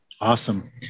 Awesome